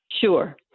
Sure